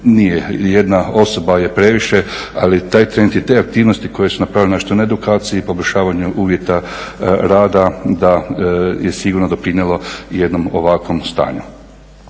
nije, i jedna osoba je previše. Ali taj trend ili te aktivnosti koje su napravljene što na edukaciji, poboljšavanju uvjeta rada da je sigurno doprinijelo jednom ovakvom stanju.